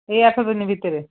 ଏଇ ଆଠଦିନ ଭିତରେ